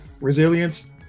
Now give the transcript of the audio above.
resilience